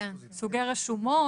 סוגי רשומות,